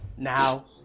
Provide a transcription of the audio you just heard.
Now